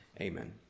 Amen